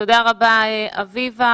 תודה רבה, אביבה.